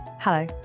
Hello